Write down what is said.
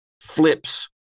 flips